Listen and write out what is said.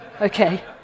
Okay